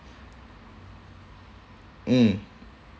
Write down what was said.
mm